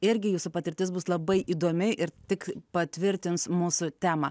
irgi jūsų patirtis bus labai įdomi ir tik patvirtins mūsų temą